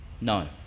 No